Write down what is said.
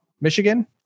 Michigan